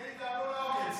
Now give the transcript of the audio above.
יבגני, תעבור לעוקץ.